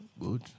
Good